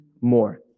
more